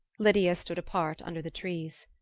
lydia stood apart under the trees.